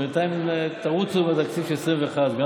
בינתיים תרוצו עם התקציב של 2021 גם